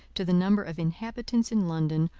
to the number of inhabitants in london,